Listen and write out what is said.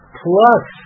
plus